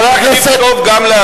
חבר הכנסת, כי הוא תקציב טוב גם לעתיד.